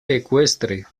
ecuestre